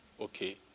okay